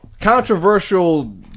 Controversial